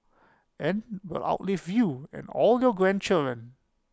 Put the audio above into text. and will outlive you and all your grandchildren